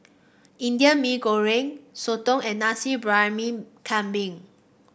Indian Mee Goreng Soto and Nasi Briyani Kambing